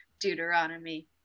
Deuteronomy